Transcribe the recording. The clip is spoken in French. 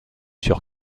sur